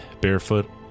barefoot